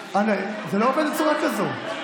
זה לא עובד בצורה כזאת.